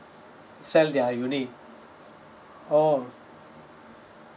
sell their unit oh